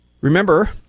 Remember